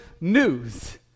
news